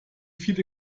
viele